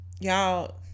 Y'all